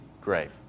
grave